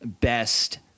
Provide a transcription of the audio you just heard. best